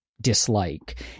dislike